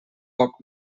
poc